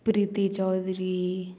Priti Chaudhary